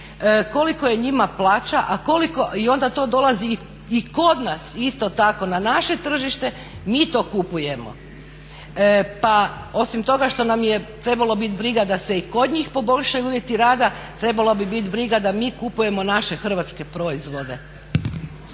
kolika je njima plaća i onda to dolazi i kod nas isto tako na naše tržište, mi to kupujemo. Pa osim toga što bi nas trebalo biti briga da se i kod njih poboljšaju uvjeti rada trebala bi nas biti briga da mi kupujemo naše hrvatske proizvode.